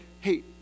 Hey